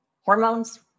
Hormones